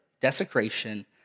desecration